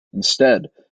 instead